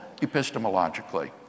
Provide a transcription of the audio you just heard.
epistemologically